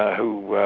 who